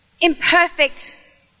imperfect